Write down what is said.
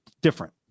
different